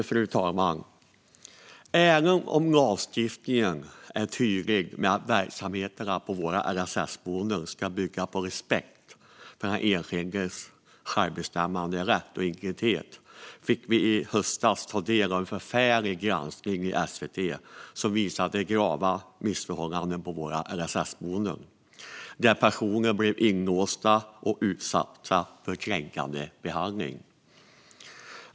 Fru talman! Även om lagstiftningen är tydlig med att verksamheterna på våra LSS-boenden ska bygga på respekt för den enskildes självbestämmanderätt och integritet fick vi i höstas ta del av en förfärlig granskning i SVT som visade på grava missförhållanden på LSS-boenden. Personer blev inlåsta och utsatta för kränkande behandling.